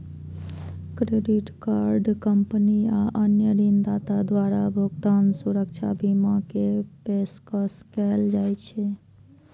credit card company आ अन्य ऋणदाता द्वारा भुगतान सुरक्षा बीमा के पेशकश कैल जाइ छै